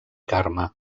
carme